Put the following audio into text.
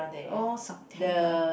oh September